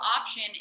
option